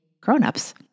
grownups